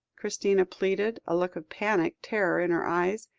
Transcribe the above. christina pleaded, a look of panic terror in her eyes.